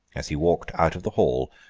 as he walked out of the hall,